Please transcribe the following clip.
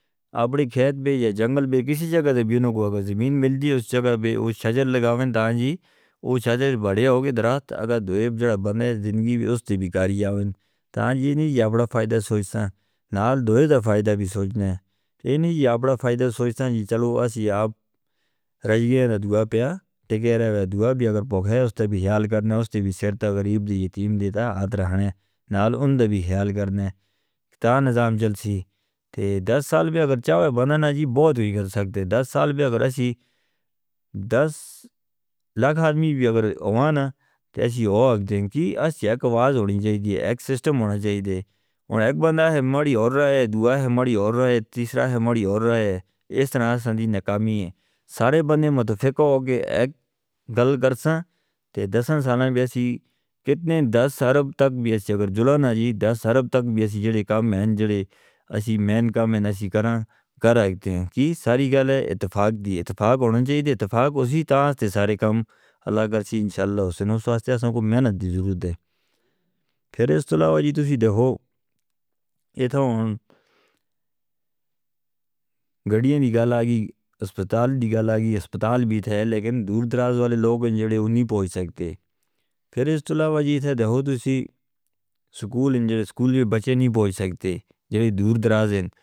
اپنے کھیت بھی ہے جنگل بھی ہے کسی جگہ دے بھی انہوں کو اگر زمین مل دی اس جگہ بھی وہ شجر لگاویں تانجی وہ شجر بڑے ہو گئے درخت۔ اگر دوئے بنائے زندگی بھی اس تے بھی کاریاں تانجی نہیں یا بڑا فائدہ سوچسا نال دوئے دا فائدہ بھی سوچنا ہے کہ تانظام جالسی دس سال بھی اگر چاہوے بنانا جی بہت ہوئی کر سکتے دس سال بھی اگر اسی دس لاکھ آدمی بھی اگر اوہاں ہیں تو ہم ایک دن کی اس ایک آواز ہونی چاہی دی ایک سسٹم ہونا چاہی دی ایک بندہ ہے ہماری اور رہا ہے دعا ہے ہماری اور رہا ہے تیسرا ہے ہماری اور رہا ہے۔ اس طرح سندھی نکامی ہیں سارے بندے متفق ہو گئے ایک گل کرساں تے دسن ساناں بھی اسی کتنے دس عرب تک بھی اس جگہ جلونا جی دس عرب تک بھی اسی جوڑے کام ہیں جوڑے ہم نے کام ہیں اسی کر آ جاتے ہیں کہ ساری گل ہے اتفاق دی اتفاق ہونے چاہی دی۔ اتفاق اسی تاں سے سارے کام اللہ کریں انشاءاللہ حسن و سواثتہ سن کو محنت دی ضرورت ہے پھر اس طلع و جی تسی دیکھو اتھا ہم گڑیاں دی گل آگئی اسپتال دی گل آگئی اسپتال بھی تھا ہے لیکن دور دراز والے لوگ ہیں جوڑے ان نہیں پہنچ سکتے پھر اس طلع و جی تے دہو تسی سکول انجرے سکول بھی بچے نہیں پہنچ سکتے جوڑے دور دراز ہیں.